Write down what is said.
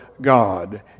God